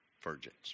virgins